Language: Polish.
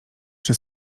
czy